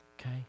okay